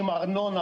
ארנונה,